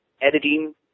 editing